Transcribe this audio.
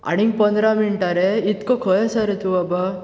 आनीक पंदरा मिनटां रे इतको खंय आसा रे तु बाबा